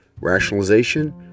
rationalization